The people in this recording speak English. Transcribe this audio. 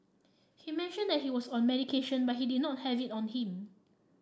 he mentioned that he was on medication but he did not have it on him